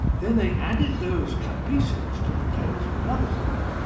then they added those cut pieces to the tails of another group,